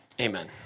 amen